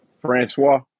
Francois